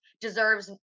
deserves